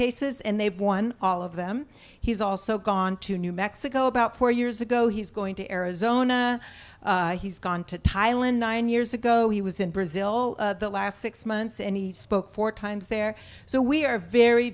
cases and they've won all of them he's also gone to new mexico about four years ago he's going to arizona he's gone to thailand nine years ago he was in brazil the last six months and he spoke four times there so we are very